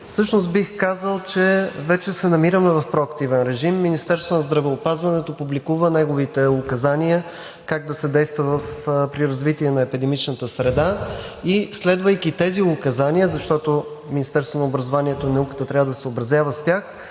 Всъщност бих казал, че вече се намираме в проактивен режим. Министерството на здравеопазването публикува неговите указания как да се действа при развитие на епидемичната среда и следвайки тези указания, защото Министерството на образованието и науката трябва да се съобразява с тях,